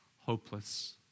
hopeless